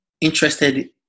interested